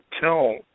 tell